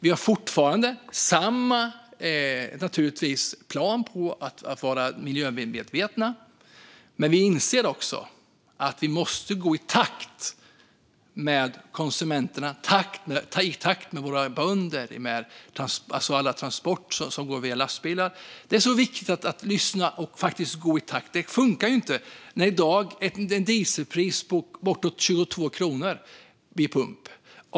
Vi har fortfarande samma plan på att vara miljömedvetna. Men vi inser också att vi måste gå i takt med konsumenterna, med våra bönder och med alla transporter som behöver gå via lastbilar. Det är viktigt att lyssna och att gå i takt. Det fungerar inte i dag när dieselpriset ligger på uppåt 22 kronor vid pump.